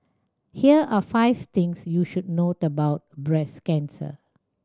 here are five things you should note about breast cancer